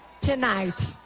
tonight